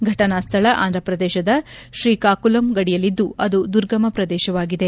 ಘಟನಾ ಸ್ಥಳ ಆಂಧ್ರಪ್ರದೇಶದ ಶ್ರೀಕಾಕುಲಂ ಗಡಿಯಲ್ಲಿದ್ದು ಅದು ದುರ್ಗಮ ಪ್ರದೇಶವಾಗಿದೆ